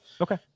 okay